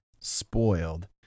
spoiled